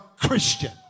Christian